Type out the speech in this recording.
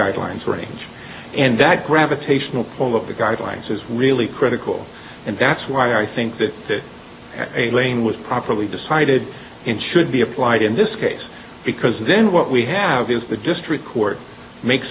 guidelines range and that gravitational pull of the guidelines is really critical and that's why i think that a lane was properly decided and should be applied in this case because then what we have is the district court make